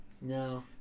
No